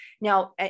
Now